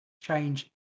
change